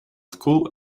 school